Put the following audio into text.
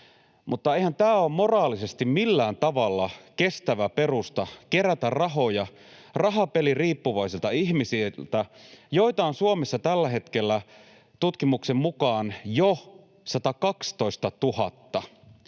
Mutta eihän tämä ole moraalisesti millään tavalla kestävä perusta; kerätä rahoja rahapeliriippuvaisilta ihmisiltä, joita on Suomessa tällä hetkellä tutkimuksen mukaan jo 112 000.